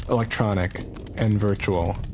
electronic and virtual.